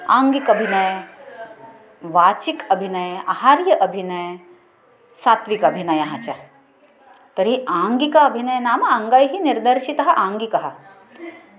आङ्गिकाभिनयः वाचिक अभिनयः आहार्य अभिनयः सात्विक अभिनयः च तर्हि आङ्गिक अभिनयः नाम अङ्गैः निर्दर्शितः आङ्गिकः